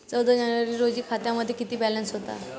चौदा जानेवारी रोजी खात्यामध्ये किती बॅलन्स होता?